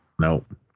nope